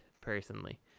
personally